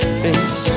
face